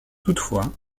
toutefois